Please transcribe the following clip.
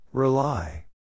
Rely